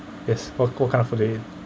yes what what kind of flavor